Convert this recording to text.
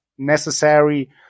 Necessary